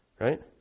Right